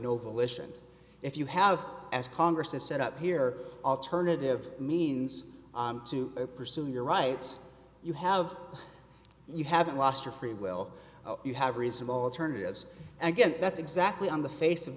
volition if you have asked congress to set up here alternative means to pursue your rights you have you haven't lost your free will you have reasonable alternatives again that's exactly on the face of